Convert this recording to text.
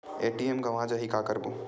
ATM गवां जाहि का करबो?